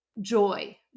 joy